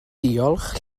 diolch